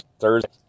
Thursday